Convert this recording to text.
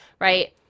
Right